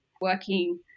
working